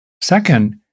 Second